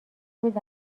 بود